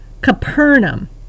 Capernaum